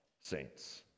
saints